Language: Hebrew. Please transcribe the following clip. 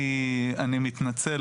אני מתנצל.